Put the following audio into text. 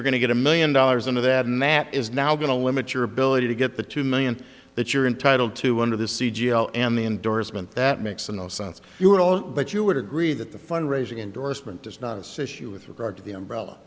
you're going to get a million dollars into that mat is now going to limit your ability to get the two million that you're entitled to under the c g i and the endorsement that makes no sense you are all but you would agree that the fund raising endorsement does not assist you with regard to the umbrella